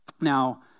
Now